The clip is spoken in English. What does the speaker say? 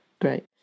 Great